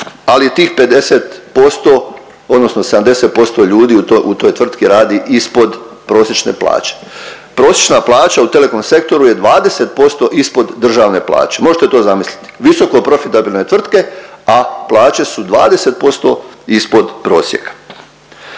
ali tih 50% odnosno 70% ljudi u toj tvrtki radi ispod prosječne plaće. Prosječna plaća u telekom sektoru je 20% ispod državne plaće. Možete to zamisliti, visoko profitabilne tvrtke, a plaće su 20% ispod prosjeka.